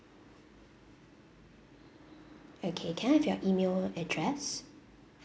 okay can I have your email address